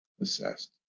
assessed